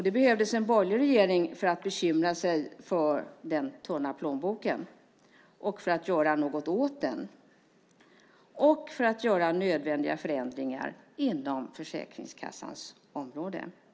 Det behövdes en borgerlig regering för att bekymra sig om den tunna plånboken och för att göra något åt den och för att göra nödvändiga förändringar på Försäkringskassans område.